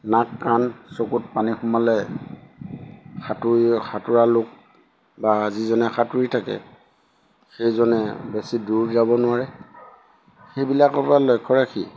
নাক কাণ চকুত পানী সোমালে সাঁতুৰি সাঁতোৰা লোক বা যিজনে সাঁতুৰি থাকে সেইজনে বেছি দূৰ যাব নোৱাৰে সেইবিলাকৰ পৰা লক্ষ্য ৰাখি